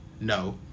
no